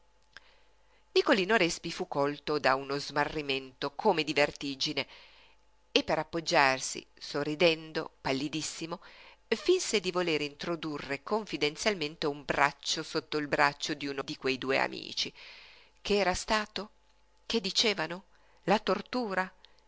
nicolino respi fu colto da uno smarrimento come di vertigine e per appoggiarsi sorridendo pallidissimo finse di volere introdurre confidenzialmente un braccio sotto il braccio d'uno di quei due amici che era stato che dicevano la tortura